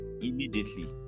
immediately